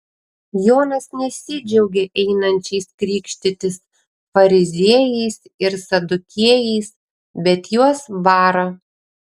jonas nesidžiaugia einančiais krikštytis fariziejais ir sadukiejais bet juos bara